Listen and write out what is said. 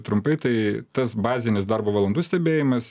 trumpai tai tas bazinis darbo valandų stebėjimas